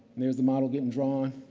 there's the model getting drawn,